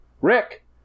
Rick